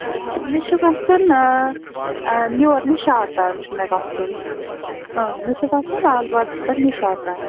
آ مےٚ چھُ گژھُن آ یوٗر نِشاط تانۍ چھُ مےٚ گژھُن مےٚ چھُ گژھُن لال بازرٕ پٮ۪ٹھٕ نِشاط تانۍ